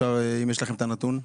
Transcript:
אם יש לכם את הנתון?